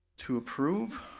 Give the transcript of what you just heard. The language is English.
to approve.